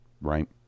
Right